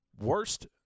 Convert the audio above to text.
worst